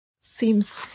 seems